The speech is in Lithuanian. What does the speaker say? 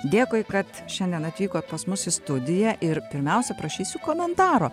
dėkui kad šiandien atvykot pas mus į studiją ir pirmiausia prašysiu komentaro